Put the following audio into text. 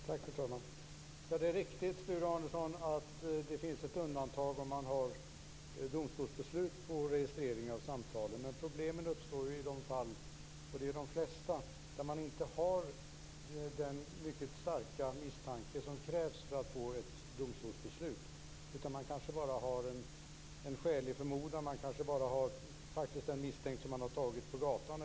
Fru talman! Det är riktigt, Sture Arnesson, att det finns ett undantag om det finns ett domstolsbeslut om registrering av samtalen. Men problemen uppstår ju i de fall då man inte har den mycket starka misstanke som krävs för att få ett domstolsbeslut, och så är det i de flesta fall. Man har kanske bara en skälig förmodan. Man kanske bara har tagit en misstänkt på gatan.